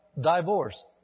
divorce